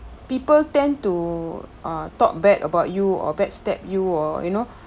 people tend to uh talk bad about you or backstab you or you know